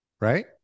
right